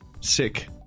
Sick